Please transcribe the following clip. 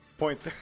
point